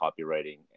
copywriting